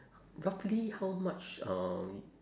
roughly how much um